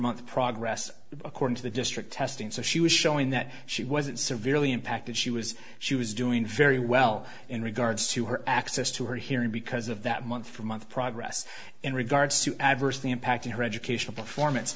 month progress according to the district testing so she was showing that she wasn't severely impacted she was she was doing very well in regards to her access to her hearing because of that month or month progress in regards to adversely impacting her educational performance